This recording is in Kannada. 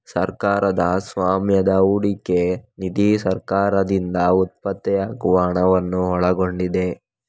ಸರ್ಕಾರದ ಸ್ವಾಮ್ಯದ ಹೂಡಿಕೆ ನಿಧಿ ಸರ್ಕಾರದಿಂದ ಉತ್ಪತ್ತಿಯಾಗುವ ಹಣವನ್ನು ಒಳಗೊಂಡಿದೆ